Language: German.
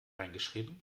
eingeschrieben